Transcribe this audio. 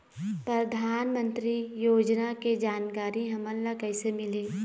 परधानमंतरी योजना के जानकारी हमन ल कइसे मिलही?